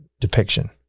depiction